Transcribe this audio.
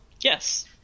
Yes